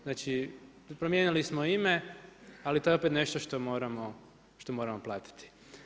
Znači promijenili smo ime, ali to je opet nešto što moramo platiti.